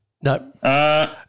No